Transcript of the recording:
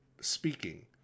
speaking